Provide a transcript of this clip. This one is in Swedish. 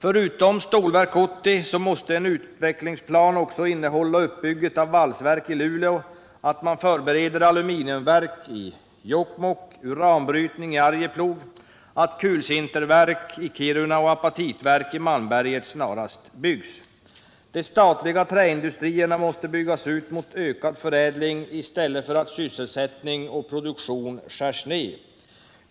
Förutom Stålverk 80 måste en utvecklingsplan också innehålla uppbyggandet av ett valsverk i Luleå, att man förbereder aluminiumverk i Jokkmokk, uranbrytning i Arjeplog, att kulsinterverk i Kiruna och apatitverk i Malmberget snarast byggs. De statliga träindustrierna måste byggas ut mot en ökad förädling i stället för att sysselsättning och produktion skärs ned.